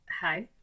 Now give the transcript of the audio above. Hi